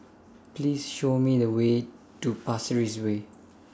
Please Show Me The Way to Pasir Ris Way